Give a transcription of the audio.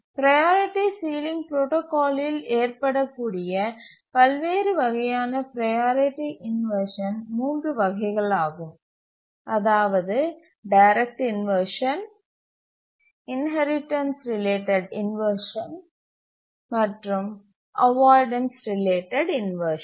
priority ceiling protocol இல் ஏற்படக்கூடிய பல்வேறு வகையான ப்ரையாரிட்டி இன்வர்ஷன் மூன்று வகைகளாகும் அதாவது direct inversion inheritance related inversion மற்றும் அவாய்டன்ஸ் ரிலேட்டட் இன்வர்ஷன்